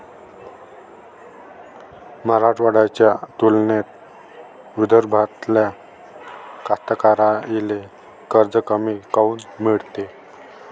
मराठवाड्याच्या तुलनेत विदर्भातल्या कास्तकाराइले कर्ज कमी काऊन मिळते?